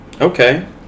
Okay